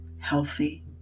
healthy